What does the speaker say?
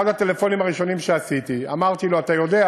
באחד הטלפונים הראשונים שעשיתי אמרתי לו: אתה יודע